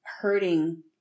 hurting